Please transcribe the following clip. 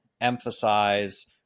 emphasize